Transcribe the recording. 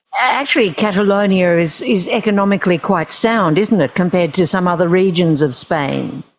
actually catalonia is is economically quite sound, isn't it, compared to some other regions of spain.